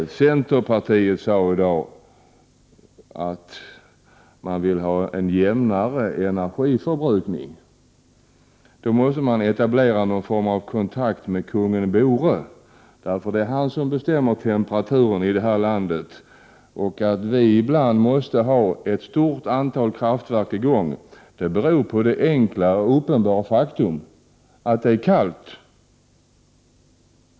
Centerpartiet vill ha en jämnare energiförbrukning. Men då måste man etablera någon form av kontakt med kung Bore, eftersom det är han som bestämmer temperaturen i det här landet. Att vi ibland måste ha ett stort antal kraftverk i gång samtidigt beror på det enkla och uppenbara faktum att det är kallt.